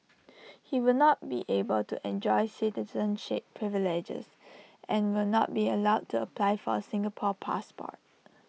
he will not be able to enjoy citizenship privileges and will not be allowed to apply for A Singapore passport